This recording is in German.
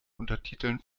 untertiteln